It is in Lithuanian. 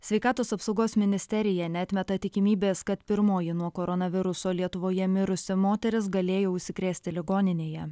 sveikatos apsaugos ministerija neatmeta tikimybės kad pirmoji nuo koronaviruso lietuvoje mirusi moteris galėjo užsikrėsti ligoninėje